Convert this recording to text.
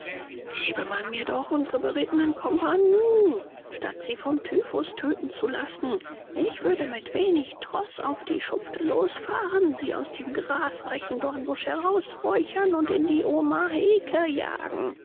gäbe man mir doch unsre berittenen kompagnien statt sie vom typhus töten zu lassen ich würde mit wenig troß auf die schufte losfahren sie aus dem grasreichen dornbusch herausräuchern und in die omaheke jagen